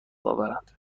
بیاورند